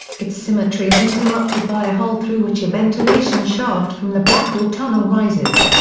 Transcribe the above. its symmetry is interrupted by a hole through which a ventilation shaft from the blackwall tunnel rises.